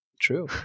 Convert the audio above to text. True